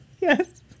Yes